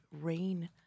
rain